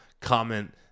comment